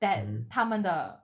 that 他们的